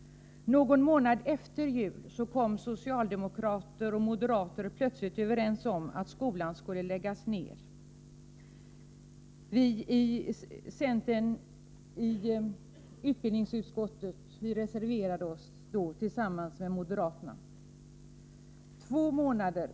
Någon månad efter jul kom socialdemokrater och moderater plötsligt överens om att skolan skulle läggas ned. Centerns representanter i utbildningsutskottet reserverade sig då tillsammans med folkpartiets representanter.